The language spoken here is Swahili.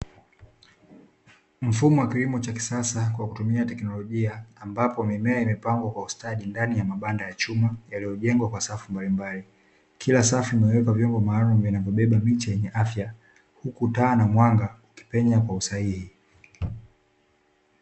Mfumo wa kilimo cha kisasa kwa kutumia teknolojia, ambapo mimea imepangwa kwa ustadi ndani ya mabanda ya chuma, yaliyo jengwa kwa safu mbalimbali. Kila safu imewekwa vyombo maalumu vinavyobeba miche yenye afya, huku taa na mwanga ukipenya kwa usahihi.